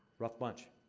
rough bunch.